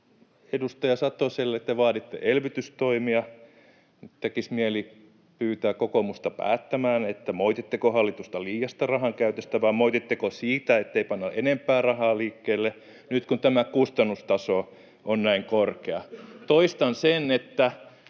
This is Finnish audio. edustaja Satoselle: Te vaaditte elvytystoimia. Tekisi mieli pyytää kokoomusta päättämään, moititteko hallitusta liiasta rahankäytöstä vai moititteko siitä, ettei panna enempää rahaa liikkeelle nyt, kun tämä kustannustaso on näin korkea. Toistan sen, että